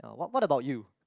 uh what what about you